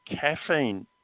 caffeine